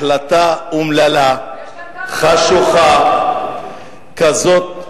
החלטה אומללה, חשוכה כזאת,